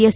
S